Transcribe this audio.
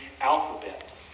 alphabet